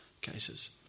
cases